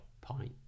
pint